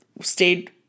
stayed